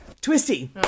twisty